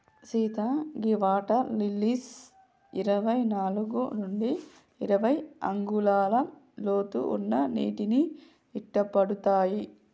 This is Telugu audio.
సీత గీ వాటర్ లిల్లీస్ ఇరవై నాలుగు నుండి అరవై అంగుళాల లోతు ఉన్న నీటిని ఇట్టపడతాయి